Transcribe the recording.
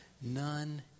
none